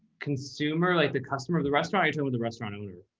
consumer? like the customer or the restaurant or the restaurant owner?